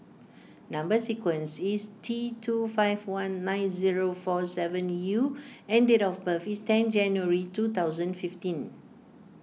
Number Sequence is T two five one nine zero four seven U and date of birth is ten January two thousand fifteen